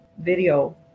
video